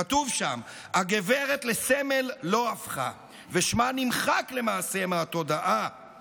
כתוב שם: "הגברת לסמל לא הפכה / ושמה נמחק למעשה מהתודעה,